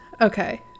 Okay